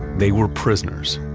they were prisoners